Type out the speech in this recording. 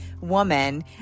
woman